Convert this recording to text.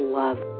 love